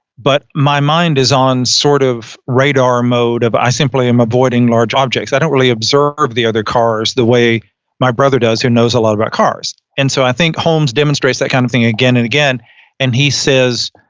but my mind is on sort of radar mode of i simply am avoiding large objects. i don't really observe the other cars, the way my brother does, who knows a lot about cars. and so i think holmes demonstrates that kind of thing again and again and he says,